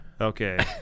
Okay